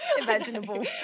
imaginable